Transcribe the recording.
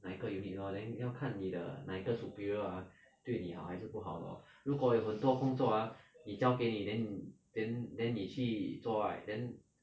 哪一个 unit lor then 要看你的哪个 superior ah 对你好还是不好 lor 如果有很多工作 ah 你交给你 then then then 你去做 right then